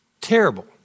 Terrible